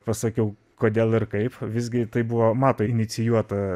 pasakiau kodėl ir kaip visgi tai buvo mato inicijuota